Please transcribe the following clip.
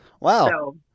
Wow